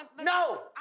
no